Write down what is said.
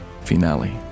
Finale